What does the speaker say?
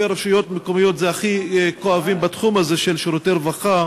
רשויות מקומיות והכי כואבים בתחום הזה של שירותי רווחה,